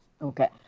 Okay